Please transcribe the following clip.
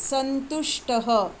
सन्तुष्टः